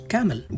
Camel